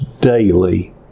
daily